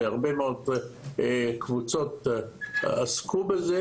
והרבה מאוד קבוצות עסקו בזה,